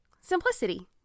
Simplicity